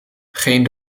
geen